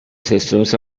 systems